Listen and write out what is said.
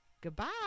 Goodbye